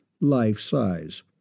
Life-size